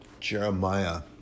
Jeremiah